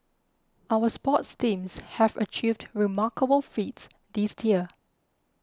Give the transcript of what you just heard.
our sports teams have achieved remarkable feats this year